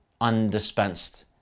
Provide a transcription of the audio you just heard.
undispensed